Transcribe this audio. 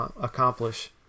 accomplish